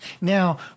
Now